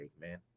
man